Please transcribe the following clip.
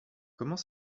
comment